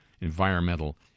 environmental